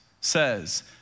says